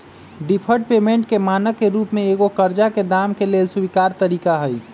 deferred payment के मानक के रूप में एगो करजा के दाम के लेल स्वीकार तरिका हइ